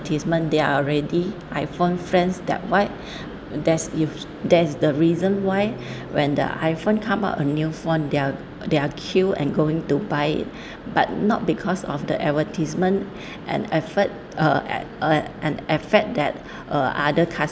advertisement they are already iphone fans that why there's if that's the reason why when the iphone come up a new phone they are they are queue and going to buy it but not because of the advertisement and effort uh uh and affect that uh other